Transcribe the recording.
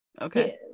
Okay